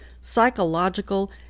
psychological